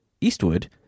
Eastwood